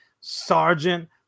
sergeant